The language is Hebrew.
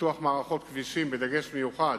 פיתוח מערכות כבישים, בדגש מיוחד